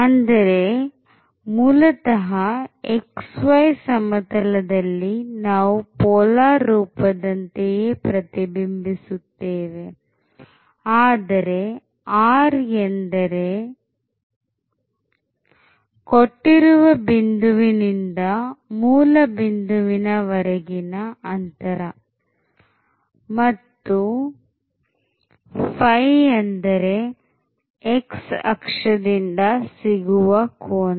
ಅಂದರೆ ಮೂಲತಃ xy ಸಮತಲದಲ್ಲಿ ನಾವು ಪೋಲಾರ್ ರೂಪದಂತೆಯೇ ಪ್ರತಿಬಿಂಬಿಸುತ್ತೇವೆ ಅಂದರೆ r ಎಂದರೆ ಕೊಟ್ಟಿರುವ ಬಿಂದುವಿನಿಂದ ಮೂಲ ಬಿಂದುವಿನ ವರೆಗಿನ ಅಂತರ ಮತ್ತು ϕ ಎಂದರೆ x ಅಕ್ಷದಿಂದ ಸಿಗುವ ಕೋನ